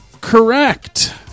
correct